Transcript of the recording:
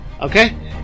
Okay